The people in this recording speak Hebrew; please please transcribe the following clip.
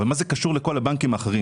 אבל מה זה קשור לכל הבנקים האחרים?